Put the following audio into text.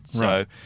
Right